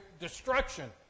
destruction